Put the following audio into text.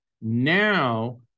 now